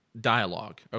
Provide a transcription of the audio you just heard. dialogue